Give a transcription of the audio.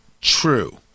true